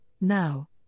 now